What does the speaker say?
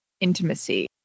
intimacy